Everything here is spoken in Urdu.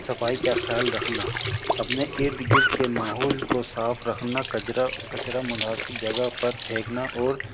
صفائی کا خیال رکھنا اپنے ارد گرد کے ماحول کو صاف رکھنا کچرا کچرا مناسب جگہ پر پھینکنا اور